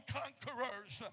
conquerors